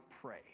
Pray